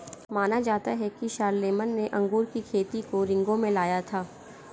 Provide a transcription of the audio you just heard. माना जाता है कि शारलेमेन ने अंगूर की खेती को रिंगौ में लाया था